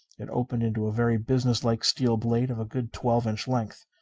it opened into a very businesslike steel blade of a good twelve-inch length.